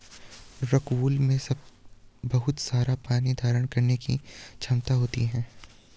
rockwool में बहुत सारा पानी धारण करने की क्षमता होती है